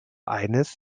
eines